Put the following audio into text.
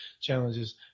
challenges